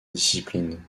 discipline